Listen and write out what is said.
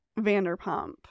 vanderpump